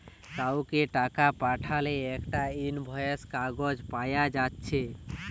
কাউকে টাকা পাঠালে একটা ইনভয়েস কাগজ পায়া যাচ্ছে